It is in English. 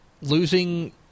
losing